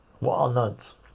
walnuts